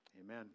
Amen